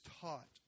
taught